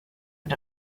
und